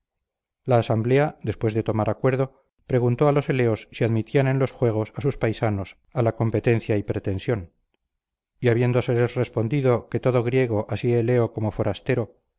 la asamblea después de tomar acuerdo preguntó a los eleos si admitían en los juegos a sus paisanos a la competencia y pretensión y habiéndoseles respondido que todo griego así eleo como forastero